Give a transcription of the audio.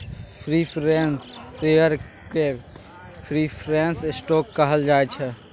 preference share केँ preference stock कहल जाइ छै